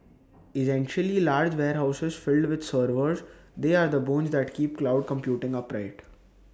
essentially large warehouses filled with servers they are the bones that keep cloud computing upright